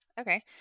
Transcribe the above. okay